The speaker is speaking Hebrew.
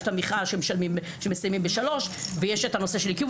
יש את --- שמסיימים ב-15:00 ויש את הנושא של עיכוב